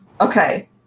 Okay